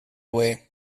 way